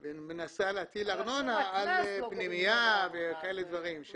ומנסה להטיל ארנונה על פנימייה וכאלה דברים.